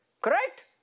correct